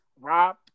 Rob